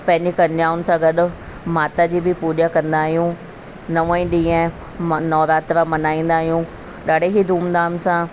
पंहिंजी कन्याउनि सां गॾु माता जी बि पूॼा कंदा आहियूं नव ई ॾींहुं मां नवरात्रा मल्हाईंदा आहियूं ॾाढे ई धूमधाम सां